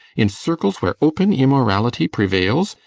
in circles where open immorality prevails,